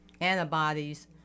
antibodies